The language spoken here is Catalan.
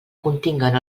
continguen